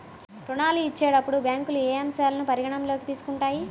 ఋణాలు ఇచ్చేటప్పుడు బ్యాంకులు ఏ అంశాలను పరిగణలోకి తీసుకుంటాయి?